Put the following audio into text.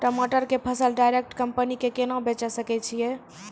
टमाटर के फसल डायरेक्ट कंपनी के केना बेचे सकय छियै?